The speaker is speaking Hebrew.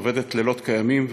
עובדת לילות כימים,